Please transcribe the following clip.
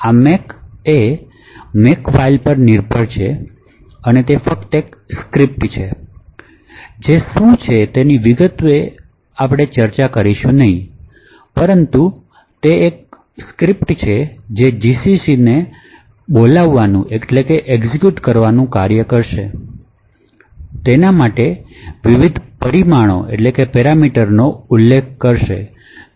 આ make એ Makefile પર નિર્ભર છે અને તે ફક્ત એક સ્ક્રિપ્ટ છે જે શું છે તે વિશેની વિગતોમાં આપણે જઈશું નહીં પરંતુ તે ફક્ત એક સ્ક્રિપ્ટ છે જે gcc ને બોલાવવાનું પ્રતિબદ્ધ કરશે તેના માટે વિવિધ પરિમાણોનો ઉલ્લેખ કરશે